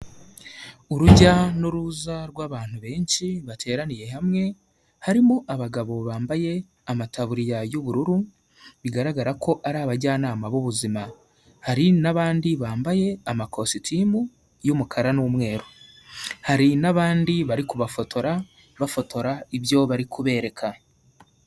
Urujya n'uruza rw'abantu benshi bateraniye hamwe, harimo abagabo bambaye amataburiya y'ubururu bigaragara ko ari abajyanama b'ubuzima, hari n'abandi bambaye amakositimu y'umukara n'umweru, hari n'abandi bari kubafotora bafotora ibyo bari kubereka.